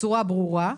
בצורה ברורה,